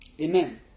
Amen